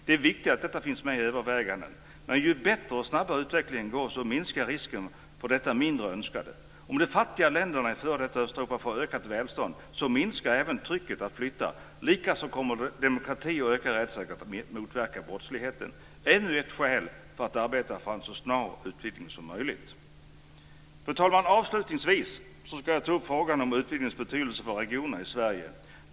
Det är viktigt att detta finns med i övervägandena. Men ju bättre och snabbare utvecklingen går, desto mer minskar risken för detta mindre önskade. Om de fattiga länderna i f.d. Östeuropa får ökat välstånd minskar även trycket att flytta. Likaså kommer demokrati och ökad rättssäkerhet att motverka brottslighet. Det är ännu ett skäl att arbeta för en så snar utvidgning som möjligt. Avslutningsvis ska jag ta upp frågan om utvidgningens betydelse för regionerna i Sverige.